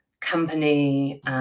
company